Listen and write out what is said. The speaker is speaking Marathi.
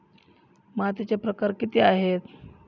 मातीचे प्रकार किती आहेत?